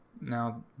Now